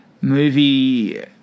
movie